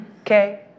okay